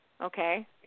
Okay